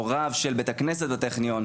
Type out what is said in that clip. או רב של בית הכנסת בטכניון,